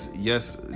Yes